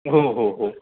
हो हो हो